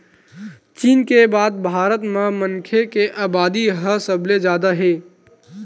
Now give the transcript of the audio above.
चीन के बाद भारत म मनखे के अबादी ह सबले जादा हे